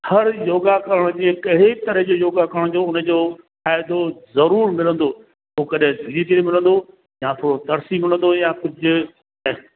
हर योगा करण जी कई तरह जो योगा करण जो उन जो फ़ाइदो ज़रूरु मिलंदो पोइ कॾहिं धीरे धीरे मिलंदो या पोइ तरसी मिलंदो यां कुझु ऐं